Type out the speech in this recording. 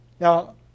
Now